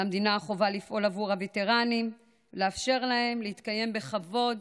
על המדינה החובה לפעול בעבור הווטרנים ולאפשר להם להתקיים בכבוד,